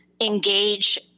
engage